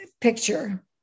picture